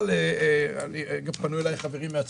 שמחבר את כל עוטף עזה - שנים מדברים על הרחבה.